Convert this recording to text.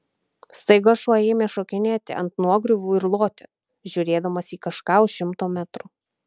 staiga šuo ėmė šokinėti ant nuogriuvų ir loti žiūrėdamas į kažką už šimto metrų